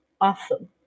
Awesome